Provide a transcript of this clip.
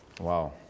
Wow